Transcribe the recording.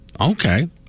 Okay